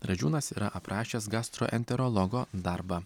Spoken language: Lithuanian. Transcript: radžiūnas yra aprašęs gastroenterologo darbą